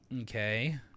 Okay